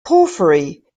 porphyry